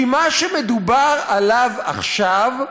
כי מה שמדובר עליו עכשיו,